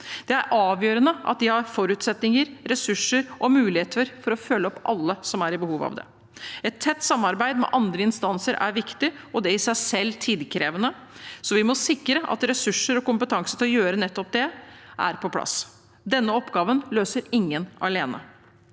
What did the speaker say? Det er avgjørende at de har forutsetninger, ressurser og muligheter til å følge opp alle som har behov for det. Et tett samarbeid med andre instanser er viktig, og det er i seg selv tidkrevende, så vi må sikre at ressurser og kompetanse til å gjøre nettopp det er på plass. Denne oppgaven løser ingen alene.